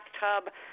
bathtub